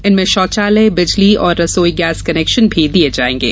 इनमें शौचालय बिजली और रसोई गैस कनेक्शन भी दिये जाएगे